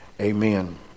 Amen